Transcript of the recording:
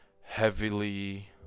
heavily